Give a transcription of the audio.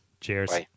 Cheers